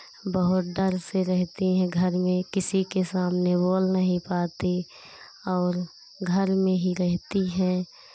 बहुत डर से रहती हैं घर में किसी के सामने बोल नहीं पाती और घर में ही रहती हैं